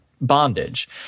bondage